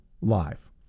live